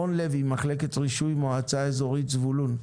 רון לוי ממחלקת הרישוי במועצה האזורית זבולון,